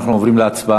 אנחנו עוברים להצבעה.